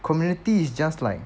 community is just like